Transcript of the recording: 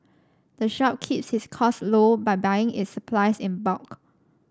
the shop keeps its costs low by buying its supplies in bulk